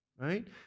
right